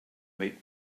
meet